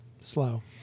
slow